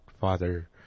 father